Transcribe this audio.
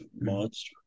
monster